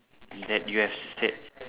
that you have said